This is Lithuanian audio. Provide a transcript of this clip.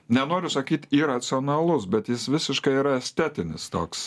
nenoriu sakyt iracionalus bet jis visiškai yra estetinis toks